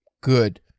good